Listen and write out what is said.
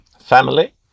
family